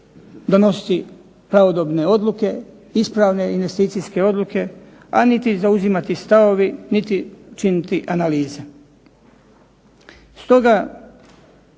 donositi pravodobne odluke, ispravne investicijske odluke, a niti zauzimati stavovi niti činiti analize. Stoga